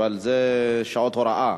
אבל זה שעות הוראה.